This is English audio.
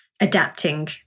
adapting